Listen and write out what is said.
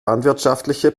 landwirtschaftliche